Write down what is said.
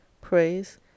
praise